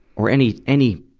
or any, any,